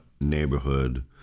neighborhood